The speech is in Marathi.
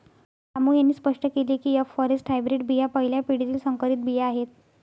रामू यांनी स्पष्ट केले की एफ फॉरेस्ट हायब्रीड बिया पहिल्या पिढीतील संकरित बिया आहेत